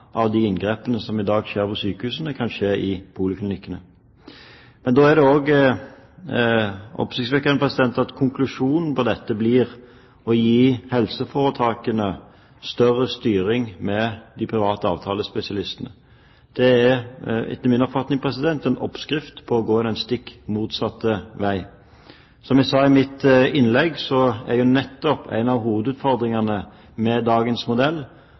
av de inngrepene som skjer på sykehusene, kan skje i poliklinikkene. Da er det også oppsiktsvekkende at konklusjonen på dette blir å gi helseforetakene større styring over de private avtalespesialistene. Det er, etter min oppfatning, en oppskrift på å gå stikk motsatt vei. Som jeg sa i mitt innlegg, og som statsråden også bekreftet, er nettopp en av hovedutfordringene med dagens modell